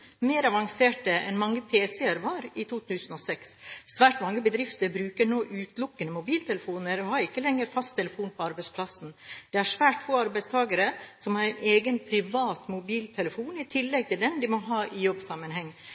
mer avanserte enn mange pc-er var i 2006. Svært mange bedrifter bruker nå utelukkende mobiltelefoner og har ikke lenger fasttelefon på arbeidsplassen. Det er svært få arbeidstakere som har en egen